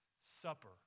supper